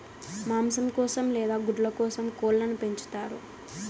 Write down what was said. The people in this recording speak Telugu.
మాంసం కోసం లేదా గుడ్ల కోసం కోళ్ళను పెంచుతారు